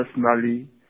personally